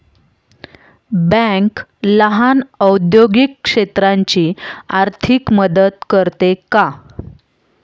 Bank लहान औद्योगिक क्षेत्राची आर्थिक मदत करते का?